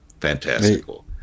fantastical